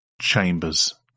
Chambers